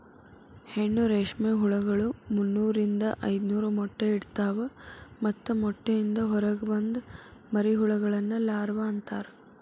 ಹೆಣ್ಣು ರೇಷ್ಮೆ ಹುಳಗಳು ಮುನ್ನೂರಿಂದ ಐದನೂರ ಮೊಟ್ಟೆ ಇಡ್ತವಾ ಮತ್ತ ಮೊಟ್ಟೆಯಿಂದ ಹೊರಗ ಬಂದ ಮರಿಹುಳಗಳನ್ನ ಲಾರ್ವ ಅಂತಾರ